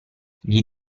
gli